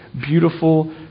beautiful